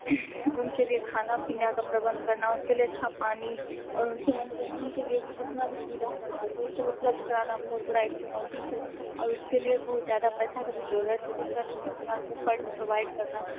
उनके लिए खाना पीनाके प्रबन्ध करना उनके लिए अच्छा पानी और उनके मनोरञ्जनके लिए भी जेतना भी सुविधा हो सकइ ओ सब उपलब्ध कराना बहुत बड़ा एक चुनौती छै और उसके लिए बहुत जादा पैसाके भी जरुरत छै जेकरा लिए सरकारके फण्ड प्रोवाइड करना